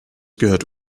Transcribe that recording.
gehört